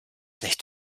nicht